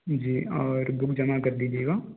जी और बुक जमा कर दीजिएगा